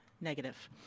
negative